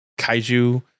Kaiju